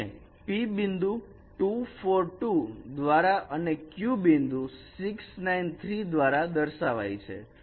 અને p બિંદુ 2 4 2 દ્વારા અને q બિંદુ 6 9 3 દ્વારા દર્શાવાઈ છે